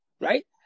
right